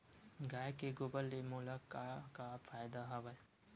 गाय के गोबर ले मोला का का फ़ायदा हवय?